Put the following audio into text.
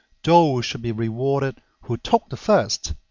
those should be rewarded who took the first.